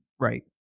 Right